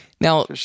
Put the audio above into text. Now